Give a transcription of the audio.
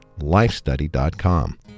lifestudy.com